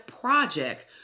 project